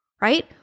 right